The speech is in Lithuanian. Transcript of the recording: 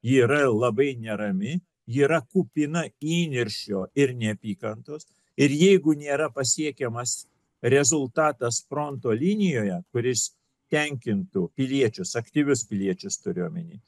ji yra labai nerami ji yra kupina įniršio ir neapykantos ir jeigu nėra pasiekiamas rezultatas fronto linijoje kuris tenkintų piliečius aktyvius piliečius turiu omeny